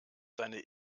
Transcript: seine